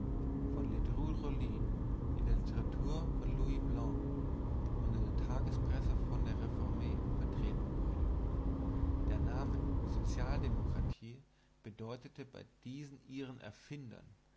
von ledru rollin in der literatur von louis blanc und in der tagespresse von der rforme vertreten wurde der name sozialdemokratie bedeutete bei diesen ihren erfindern